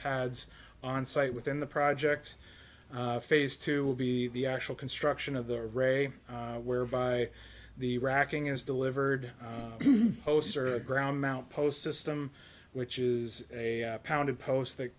pads on site within the project phase two will be the actual construction of the re whereby the racking is delivered posts are a ground mount post system which is a pounded post that